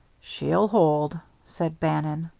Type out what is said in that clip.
she'll hold, said bannon.